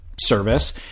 service